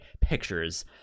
pictures